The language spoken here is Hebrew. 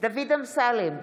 דוד אמסלם,